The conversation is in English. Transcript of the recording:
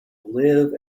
live